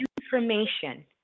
information